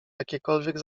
jakiekolwiek